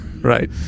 Right